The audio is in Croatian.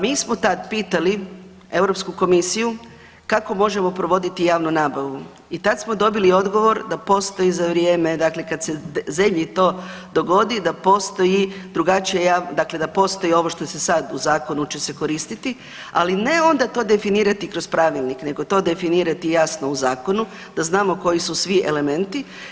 Mi smo tad pitali Europsku Komisiju kako možemo provoditi javnu nabavu i tad smo dobili odgovor da postoji za vrijeme, dakle kad se zemlji to dogodi da postoji drugačiji, dakle da postoji ovo što se sad u Zakonu će se koristiti, ali ne onda to definirati kroz Pravilnik, nego to definirati jasno u Zakonu, da znamo koji su svi elementi.